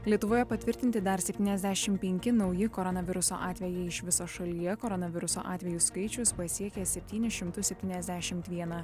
lietuvoje patvirtinti dar septyniasdešim penki nauji koronaviruso atvejai iš viso šalyje koronaviruso atvejų skaičius pasiekė septynis šimtus septyniasdešimt vieną